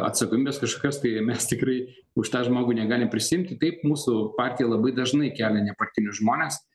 atsakomybės kažkokios tai mes tikrai už tą žmogų negalim prisiimti taip mūsų partija labai dažnai kelia nepartinius žmones